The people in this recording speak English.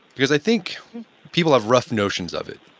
because i think people have rough notions of it,